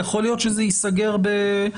יכול להיות שזה ייסגר בהבנה,